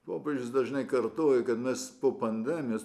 popiežius dažnai kartoja kad mes po pandemijos